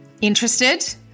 Interested